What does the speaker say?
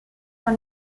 dans